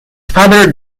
father